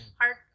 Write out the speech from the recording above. Heart